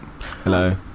hello